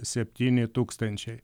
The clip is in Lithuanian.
septyni tūkstančiai